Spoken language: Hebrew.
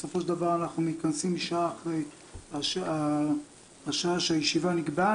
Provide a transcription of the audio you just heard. בסופו של דבר אנחנו מתכנסים שעה אחרי השעה שהישיבה נקבעה.